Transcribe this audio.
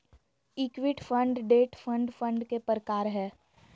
equity fund, debt fund fund के प्रकार हय